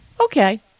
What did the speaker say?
Okay